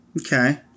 Okay